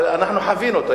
אנחנו חווינו אותו,